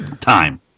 Time